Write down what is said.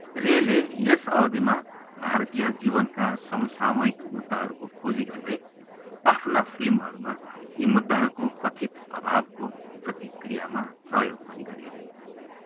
रेले यस अवधिमा भारतीय जीवनका समसामयिक मुद्दाहरूको खोजी गर्दै आफ्ना फिल्महरूमा यी मुद्दाहरूको कथित अभावको प्रतिक्रियामा प्रयोग पनि गरे